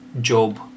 Job